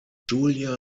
julia